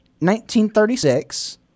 1936